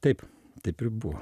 taip taip ir buvo